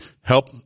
help